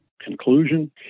conclusion